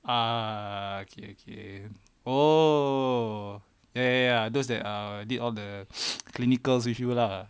ah okay okay oh ya ya ya those that uh did all the clinical with you will lah